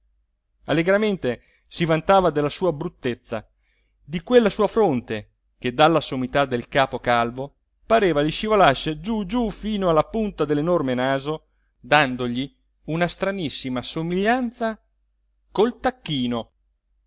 allegramente si vantava della sua bruttezza di quella sua fronte che dalla sommità del capo calvo pareva gli scivolasse giù giù fino alla punta dell'enorme naso dandogli una stranissima somiglianza col tacchino